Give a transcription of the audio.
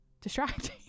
distracting